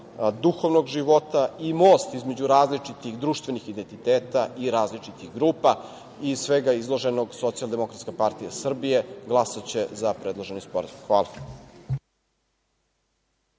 duhovnog života i most između različitih društvenih identiteta i različitih grupa. Iz svega izloženog Socijaldemokratska partija Srbije glasaće za predloženi sporazum. Hvala.